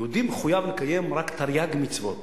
יהודי מחויב לקיים רק תרי"ג מצוות.